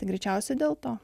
greičiausiai dėl to